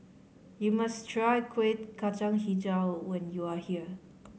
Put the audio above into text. you must try Kuih Kacang Hijau when you are here